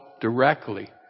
directly